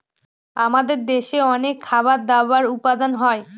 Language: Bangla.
আমাদের দেশে অনেক খাবার দাবার উপাদান হয়